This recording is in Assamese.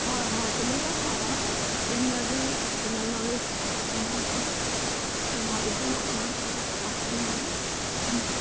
হয় হয় তেনেকুৱা ধৰণৰে ইংৰাজী জেনেৰেল ন'লেজ আৰু ভাবিছোঁ আপোনাৰ তাতে প্ৰকাশ কৰিম বুলি